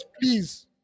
please